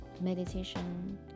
meditation